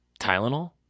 Tylenol